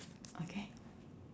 okay